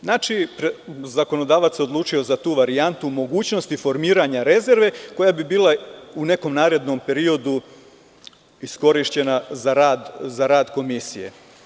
Zakonodavac se odlučio za tu varijantu mogućnosti formiranja rezerve koja bi bila u nekom narednom periodu iskorišćena za rad komisije.